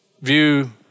view